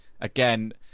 Again